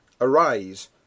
Arise